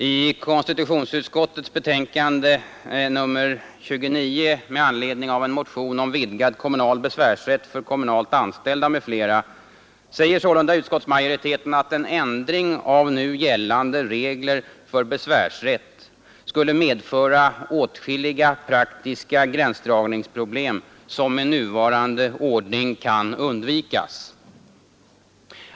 I konstitutionsutskottets betänkande nr 29 med anledning av en motion om vidgad kommunal besvärsrätt för kommunalt anställda m.fl. säger sålunda utskottsmajoriteten att en ändring av nu gällande regler för besvärsrätt skulle medföra åtskilliga praktiska gräns dragningsproblem, som med nuvarande ordning kan undvikas.